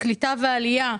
קליטה ועלייה,